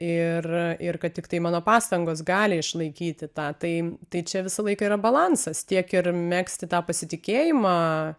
ir ir kad tiktai mano pastangos gali išlaikyti tą tai tai čia visą laiką yra balansas tiek ir megzti tą pasitikėjimą